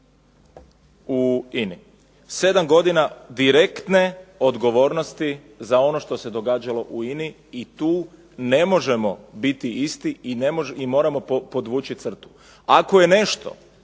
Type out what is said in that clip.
u INA-i, 7 godina direktne odgovorni za ono što se događalo u INA-i i tu ne možemo biti isti i moramo podvući crtu. Ako je nešto